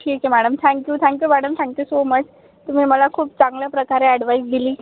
ठीक आहे madam thank you thank you madam thank you so much तुम्ही मला खूप चांगल्याप्रकारे ॲडवाईज दिली